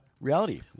reality